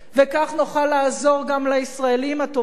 וכך נוכל לעזור גם לישראלים הטובים,